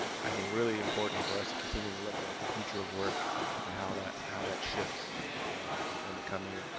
i think really important for us to continue to look at the future of work and how that how that shifts in and and the coming,